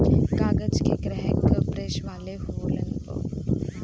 कागज के ग्राहक प्रेस वाले होलन